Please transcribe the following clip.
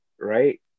right